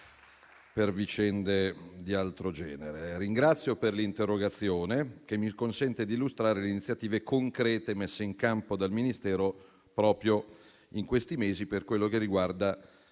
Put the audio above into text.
per vicende di altro genere. Ringrazio per l'interrogazione, che mi consente di illustrare le iniziative concrete messe in campo dal Ministero proprio in questi mesi per quello che riguarda